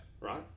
right